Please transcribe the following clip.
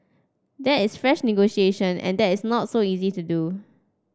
that is fresh negotiation and that is not so easy to do